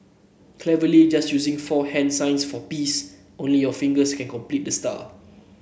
cleverly just using four hands signs for peace only your fingers can complete the star